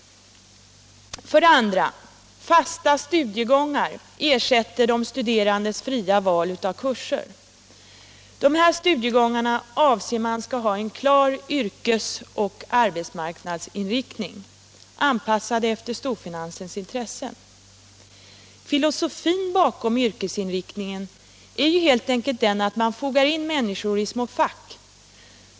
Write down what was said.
forskning inom 2. Fasta studiegångar ersätter de studerandes fria val av kurser. De här studiegångarna avses få en klar yrkes och arbetsmarknadsinriktning, anpassad till storfinansens intressen. Filosofin bakom yrkesinriktningen är helt enkelt den att man fogar in människor i små fack.